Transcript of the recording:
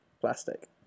Plastic